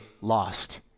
lost